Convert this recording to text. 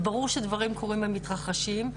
וברור שדברים קורים ומתרחשים.